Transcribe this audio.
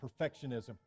perfectionism